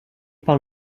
par